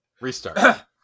Restart